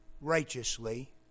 righteously